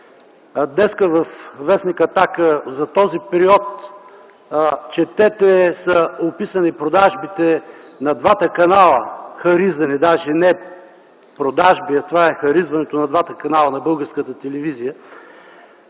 Днес във в. „Атака” за този период, четете, са описани продажбите на двата канала, харизани – даже не продажби, а това е харизване на двата канала на Българската телевизия.